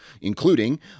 including